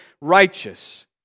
righteous